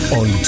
on